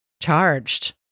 Charged